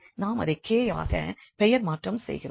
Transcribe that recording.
நாம் அதை k வாக பெயர்மாற்றம் செய்கிறோம்